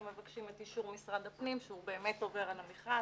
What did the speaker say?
ומבקשים את אישור משרד הפנים שבאמת הוא עובר על המכרז